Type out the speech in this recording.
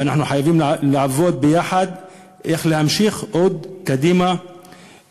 ואנחנו חייבים לעבוד ביחד ולהמשיך עוד לשפר